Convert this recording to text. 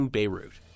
Beirut